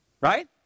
right